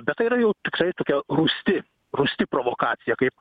bet tai yra jau tikrai tokia rūsti rūsti provokacija kaip